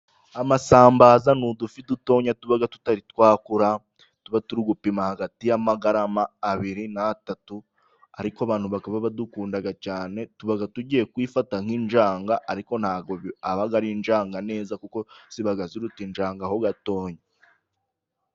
Amasambaza ni udufi dutoya tuba tutarakura, tuba turi gupima hagati y'amagarama abiri n'atatu ariko abantu bakaba badukunda cyane, tuba tugiye kwifata nk'injanga ariko ntabwo aba ari injanga neza kuko ziba ziruta injanga ho gatoya.